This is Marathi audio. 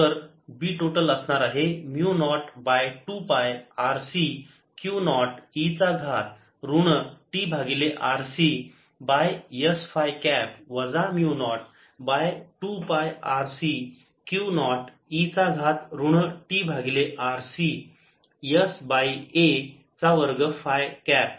तर B टोटल असणार आहे mu naught by 2 pi RC Q naught e चा घात ऋण t भागिले RC by s phi cap वजा mu naught by 2 pi RC Q naught e चा घात ऋण t भागिले RC s बाय a चा वर्ग फाय कॅप